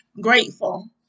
Grateful